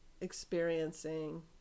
experiencing